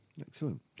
Excellent